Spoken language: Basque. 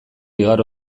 igaro